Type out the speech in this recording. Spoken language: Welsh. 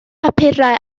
papurau